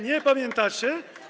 Nie pamiętacie?